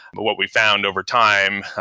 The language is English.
but what we found overtime,